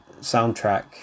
soundtrack